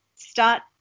start